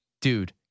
Dude